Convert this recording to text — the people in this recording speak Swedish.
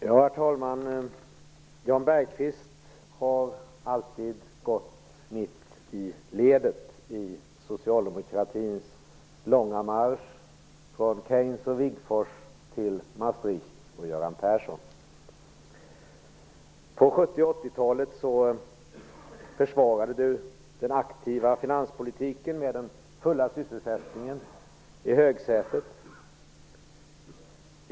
Herr talman! Jan Bergqvist har alltid gått mitt i ledet i socialdemokratins långa marsch från Keynes och 70 och 80-talen försvarade han den aktiva finanspolitiken med den fulla sysselsättningen i högsätet.